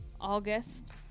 August